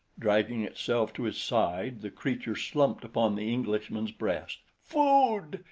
dragging itself to his side the creature slumped upon the englishman's breast. food!